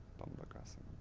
bumba crossing.